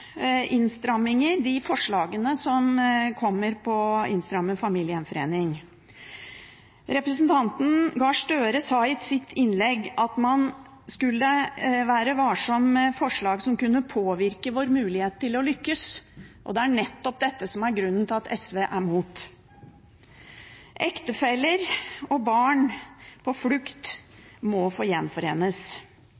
de forslagene som kommer når det gjelder innstramming av familiegjenforening. Representanten Gahr Støre sa i sitt innlegg at man skulle være varsom med forslag som kunne påvirke vår mulighet til å lykkes, og det er nettopp dette som er grunnen til at SV er mot. Ektefeller og barn på flukt